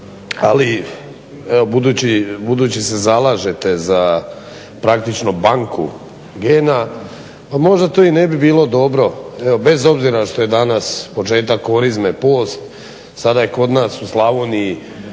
evo budući se zalažete praktično banku gena pa možda to i ne bi bilo dobro evo bez obzira što je danas početak korizme, post. Sada je kod nas u Slavoniji